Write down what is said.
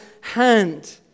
hand